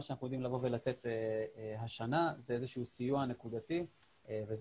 שאנחנו יודעים לתת השנה זה איזה שהוא סיוע נקודתי וזה,